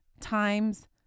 times